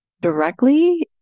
directly